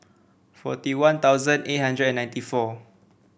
forty One Thousand eight hundred and ninety four